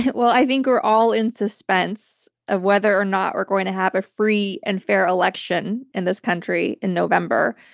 well, i think we're all in suspense of whether or not we're going to have a free and fair election in this country in november.